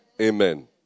Amen